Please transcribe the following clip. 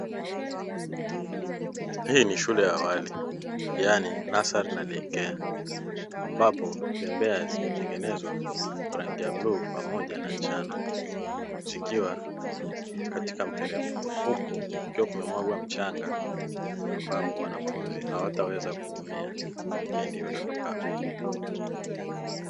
Hii ni shule ya awali yani nasari na “day care” ambapo bembea zimetengenezwa kwa rangi ya bluu pamoja na chanjo zikiwa katika mteremko, huku kukiwa kimemwagwa mchanga ambapo wanafunzi hawataweza kuumia pindi wadondokapo.